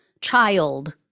child